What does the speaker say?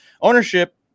Ownership